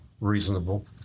reasonable